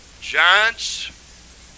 giants